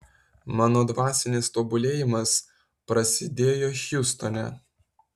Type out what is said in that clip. mano dvasinis tobulėjimas prasidėjo hjustone